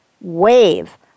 wave